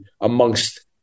amongst